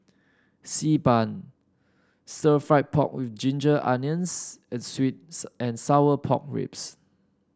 Xi Ban sir fry pork with Ginger Onions and sweet and Sour Pork Ribs